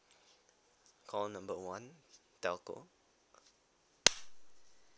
call number one telco